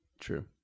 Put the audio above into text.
True